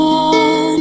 on